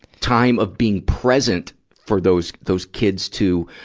time of being present for those, those kids to,